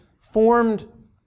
formed